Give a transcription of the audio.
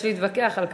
יש להתווכח על כך,